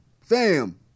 Fam